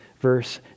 Verse